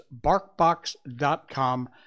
BarkBox.com